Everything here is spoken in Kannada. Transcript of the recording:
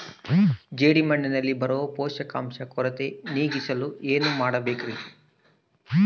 ಜೇಡಿಮಣ್ಣಿನಲ್ಲಿ ಬರೋ ಪೋಷಕಾಂಶ ಕೊರತೆ ನೇಗಿಸಲು ಏನು ಮಾಡಬೇಕರಿ?